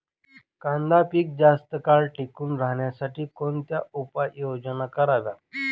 कांदा पीक जास्त काळ टिकून राहण्यासाठी कोणत्या उपाययोजना कराव्यात?